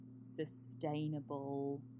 sustainable